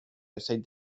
outside